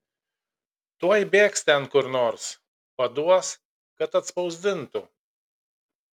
tuoj bėgs ten kur nors paduos kad atspausdintų